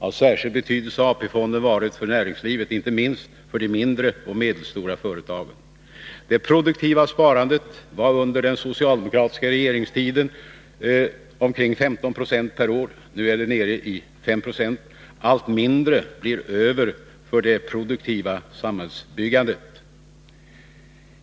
Av särskild betydelse har AP-fonden varit för näringslivet, inte minst för de mindre och medelstora företagen. Det produktiva sparandet var under den socialdemokratiska regeringstiden omkring 15 96 per år. Nu är det nere i 5 20. Allt mindre blir över för det produktiva samhällsbyggandet.